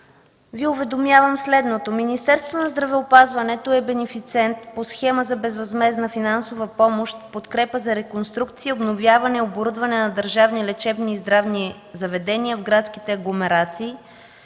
Ви уведомявам следното. Министерството на здравеопазването е бенефициент по схема за безвъзмездна финансова помощ в подкрепа, реконструкция, обновяване и оборудване на държавни лечебни и здравни заведения в градските агломерации